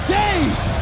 days